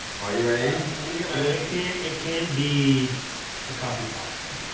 are you ready? i'm gonna you know i'm gonna can't it can be the copypasta.